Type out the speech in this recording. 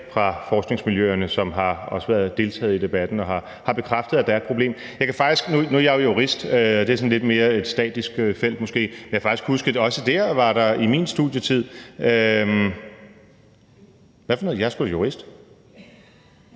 fra forskningsmiljøerne, som også har deltaget i debatten og har bekræftet, at der er et problem. Nu er jeg jo jurist, og det er sådan et lidt mere statisk felt måske, men jeg kan faktisk huske, at der også der i min studietid (Pernille Skipper